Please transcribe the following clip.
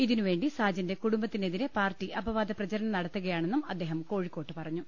ഇതിനുവേണ്ടി സാജന്റെ കുടുംബത്തിനെതിരെ പാർട്ടി അപവാദപ്രചരണം നടത്തുകയാണെന്നും അദ്ദേഹം കോഴിക്കോട്ട് പറ ഞ്ഞു